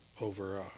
over